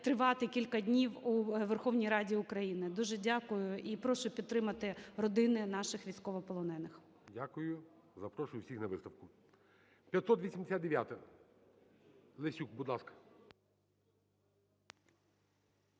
тривати кілька днів у Верховній Раді України. Дуже дякую і прошу підтримати родини наших військовополонених. 13:51:38 ГОЛОВУЮЧИЙ. Дякую. Запрошую всіх на виставку. 589-а,Лесюк, будь ласка.